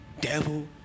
Devil